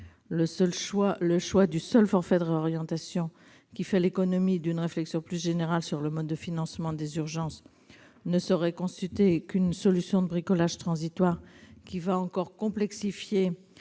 Le choix du seul forfait de réorientation, qui fait l'économie d'une réflexion plus générale sur le mode de financement des urgences, ne saurait constituer qu'une solution de « bricolage » transitoire venant complexifier